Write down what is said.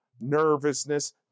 nervousness